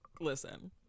listen